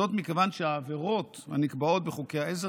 מכיוון שהעבירות הנקבעות בחוקי העזר